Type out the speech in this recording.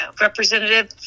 representative